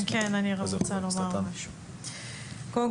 אחרי